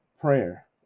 prayer